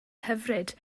hyfryd